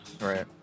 right